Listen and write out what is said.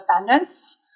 defendants